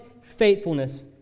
faithfulness